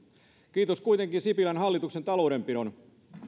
kiitos kuitenkin sipilän hallituksen taloudenpidon